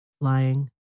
lying